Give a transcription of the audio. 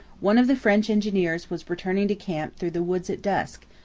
one of the french engineers was returning to camp through the woods at dusk,